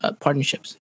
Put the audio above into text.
partnerships